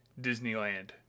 Disneyland